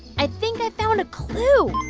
i think i found a clue.